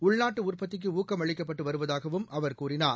உள்நாட்டுஉற்பத்திக்குஊக்கம் அளிக்கப்பட்டுவருவதாகவும் அவர் கூறினார்